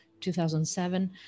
2007